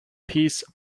peace